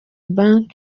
bank